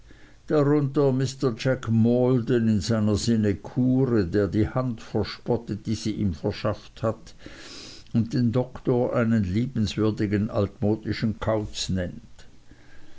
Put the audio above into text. darunter mr jack maldon in seiner sinekure der die hand verspottet die sie ihm verschafft hat und den doktor einen liebenswürdigen altmodischen kauz nennt